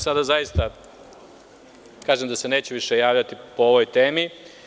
Sada zaista kažem da se više neću javljati po ovoj temi.